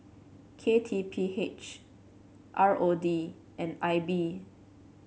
K T P H R O D and I B